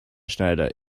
schneider